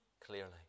clearly